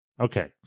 Okay